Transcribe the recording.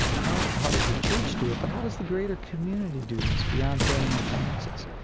how how does the church do it, but how does the greater community do this beyond paying our taxes?